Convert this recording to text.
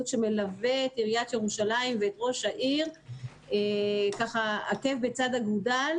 שמלווה את עיריית ירושלים ואת ראש העיר עקב בצד אגודל.